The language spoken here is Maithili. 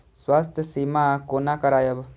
स्वास्थ्य सीमा कोना करायब?